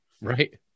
Right